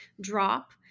drop